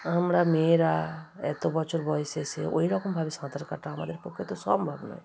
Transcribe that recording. আমরা মেয়েরা এত বছর বয়েসে এসে ওই রকমভাবে সাঁতার কাটা আমাদের পক্ষে তো সম্ভব নয়